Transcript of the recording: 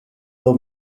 lau